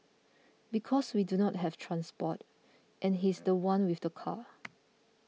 because we do not have transport and he's the one with the car